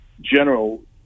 General